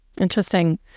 Interesting